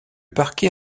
parquet